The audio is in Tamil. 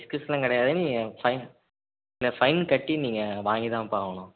எக்ஸ்கியூஸ்லாம் கிடையாது நீங்கள் ஃபைன் இல்லை ஃபைன் கட்டி நீங்கள் வாங்கி தாம்ப்பா ஆகணும்